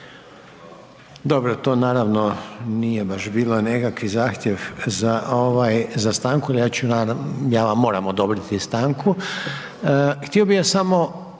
Dobro, to naravno nije baš bio nekakvi zahtjev za ovaj za stanku, ali ja ću, ja vam moram odobriti stanku.